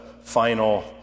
final